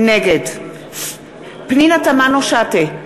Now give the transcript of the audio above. נגד פנינה תמנו-שטה,